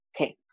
Okay